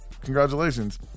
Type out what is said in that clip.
Congratulations